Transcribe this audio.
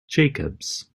jacobs